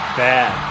bad